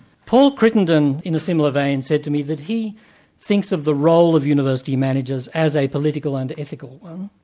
paul crittenden, in a similar vein said to me that he thinks of the role of university managers as a political and ethical one,